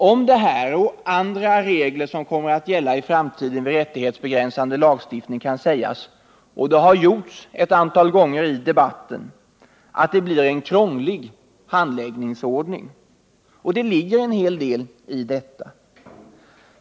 Om detta och de övriga regler som kommer att gälla vid rättighetsbegränsande lagstiftning kan sägas — och det har skett ett antal gånger i debatten — att det blir en krånglig handläggningsordning. Det ligger en hel del i detta.